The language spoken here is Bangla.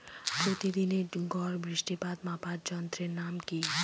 প্রতিদিনের গড় বৃষ্টিপাত মাপার যন্ত্রের নাম কি?